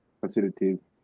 facilities